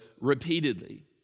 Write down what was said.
repeatedly